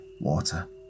water